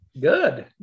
Good